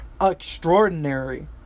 extraordinary